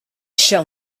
shall